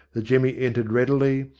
the jemmy entered readily,